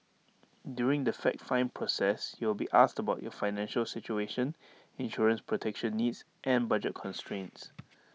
during the fact find process you will be asked about your financial situation insurance protection needs and budget constraints